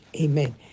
Amen